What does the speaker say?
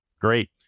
Great